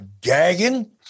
gagging